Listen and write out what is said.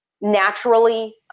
naturally